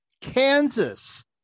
Kansas